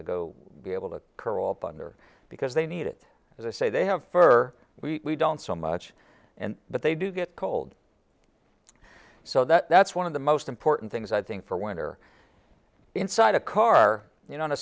to go be able to curl up on there because they need it as i say they have fur we don't so much and but they do get cold so that's one of the most important things i think for winter inside a car you know in